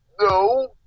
No